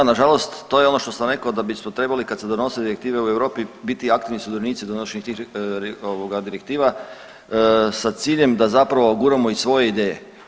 Da, na žalost to je ono što sam rekao da bismo trebali kada se donose direktive u Europi biti aktivni sudionici donošenja tih direktiva sa ciljem da zapravo guramo i svoje ideje.